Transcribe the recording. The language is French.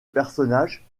personnage